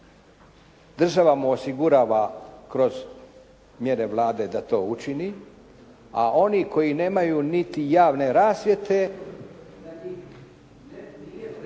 država mu osigurava kroz mjere Vlade da to učini, a oni koji nemaju niti javne rasvjete…